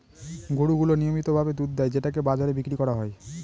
গরু গুলো নিয়মিত ভাবে দুধ দেয় যেটাকে বাজারে বিক্রি করা হয়